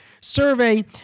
survey